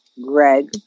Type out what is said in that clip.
Greg